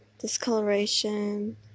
discoloration